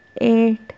eight